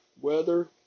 weather